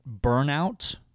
burnout